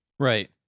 right